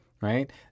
right